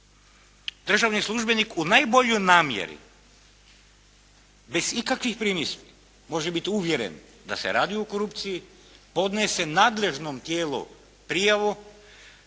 Državni službenik u najboljoj namjeri bez ikakvih primisli može biti uvjeren da se radi o korupciji. Podnese nadležnom tijelu prijavu.